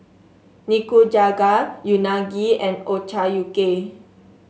Nikujaga Unagi and Ochazuke